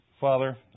Father